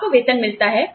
आपको वेतन मिलता है